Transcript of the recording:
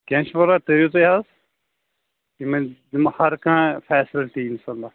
کیٚنٛہہ چھُنہٕ پرواے تٔرِو تُہۍ حظ یِمن دِمہٕ ہر کانٛہہ فیسلٹی اِنشا اللہ